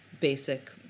basic